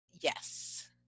Yes